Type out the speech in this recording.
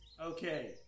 Okay